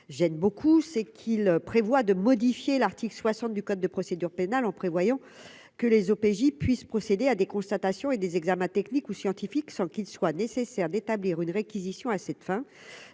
gêne beaucoup c'est qu'il prévoit de modifier l'article 60 du code de procédure pénale, en prévoyant que les OPJ puisse procéder à des constatations et des examens techniques ou scientifiques sans qu'il soit nécessaire d'établir une réquisition à cette fin,